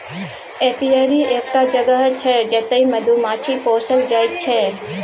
apiary एकटा जगह छै जतय मधुमाछी पोसल जाइ छै